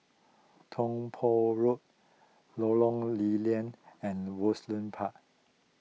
Tiong Poh Road Lorong Lew Lian and Park